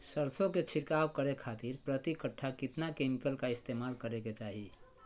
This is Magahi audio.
सरसों के छिड़काव करे खातिर प्रति कट्ठा कितना केमिकल का इस्तेमाल करे के चाही?